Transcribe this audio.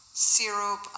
syrup